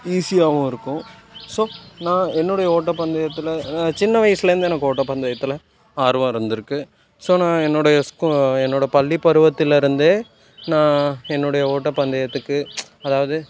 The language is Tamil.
ஈஸியாகவும் இருக்கும் ஸோ நான் என்னுடைய ஓட்டப்பந்தயத்தில் சின்ன வயசுலேந்தே எனக்கு ஓட்டப்பந்தயத்தில் ஆர்வம் இருந்துருக்கு ஸோ நான் என்னுடைய ஸ்கூ என்னோடய பள்ளி பருவத்தலேருந்தே நான் என்னுடைய ஓட்டப்பந்தயத்துக்கு அதாவது